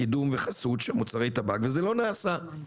קידום וחסות של מוצרי טבק וזה לא נעשה.